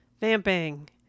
Vamping